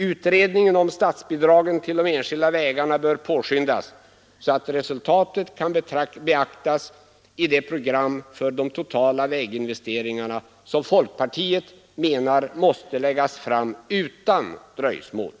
Utredningen om statsbidragen till de enskilda vägarna bör påskyndas, så att resultatet kan beaktas i det program för de totala väginvesteringarna som folkpartiet menar måste läggas fram utan dröjsmål.